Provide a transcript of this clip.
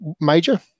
Major